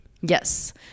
Yes